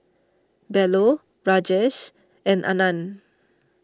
Bellur Rajesh and Anand